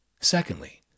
Secondly